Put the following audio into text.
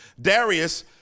Darius